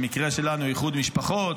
במקרה שלנו "איחוד משפחות".